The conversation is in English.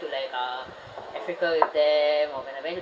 to like uh africa with them or when I went